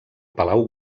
palau